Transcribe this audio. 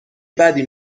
بدی